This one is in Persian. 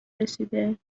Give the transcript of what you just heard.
رسیده